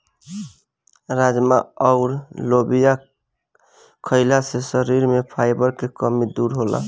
राजमा अउर लोबिया खईला से शरीर में फाइबर के कमी दूर होला